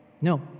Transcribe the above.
No